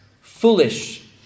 foolish